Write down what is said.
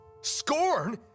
SCORN